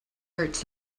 hurts